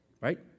Right